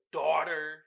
daughter